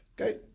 Okay